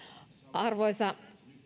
arvoisa